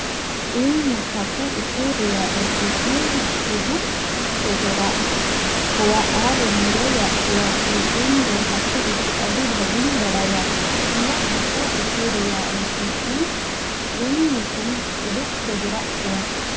ᱤᱧ ᱦᱟᱹᱠᱩ ᱩᱛᱩ ᱨᱮᱭᱟᱜ ᱨᱮᱥᱤᱯᱤ ᱩᱫᱩᱜ ᱥᱚᱫᱚᱨᱟᱜ ᱠᱚᱣᱟ ᱟᱨᱤᱧ ᱞᱟᱹᱭᱟᱜ ᱠᱚᱣᱟ ᱠᱤ ᱤᱧ ᱫᱚ ᱦᱟᱹᱠᱩ ᱩᱛᱩ ᱟᱹᱰᱤ ᱵᱷᱟᱹᱜᱤᱧ ᱵᱟᱲᱟᱭᱟ ᱤᱧᱟᱹᱜ ᱦᱟᱹᱠᱩ ᱩᱛᱩ ᱨᱮᱭᱟᱜ ᱨᱮᱥᱤᱯᱤ ᱤᱧ ᱱᱩᱠᱩᱧ ᱩᱫᱩᱜ ᱥᱚᱫᱚᱨᱟᱫ ᱠᱚᱣᱟ